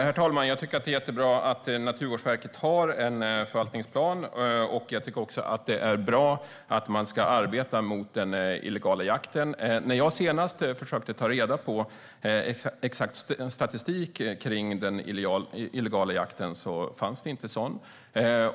Herr talman! Jag tycker att det är jättebra att Naturvårdsverket har en förvaltningsplan. Jag tycker också att det är bra att man ska arbeta mot den illegala jakten. När jag senast försökte ta reda på exakt statistik om den illegala jakten fanns det ingen sådan.